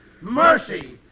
Mercy